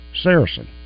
Saracen